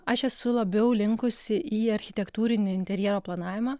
aš esu labiau linkusi į architektūrinį interjero planavimą